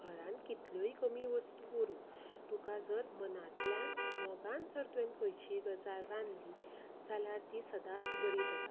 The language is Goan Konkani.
घरांत कितल्योय कमी वस्तू उरूं तुका जर मनांतल्यान मोगान जर तुवेंन खंयचीय गजाल रांदली जाल्यार ती सदांच बरी जाता